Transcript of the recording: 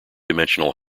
dimensional